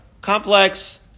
complex